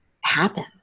happen